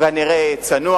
הוא כנראה צנוע,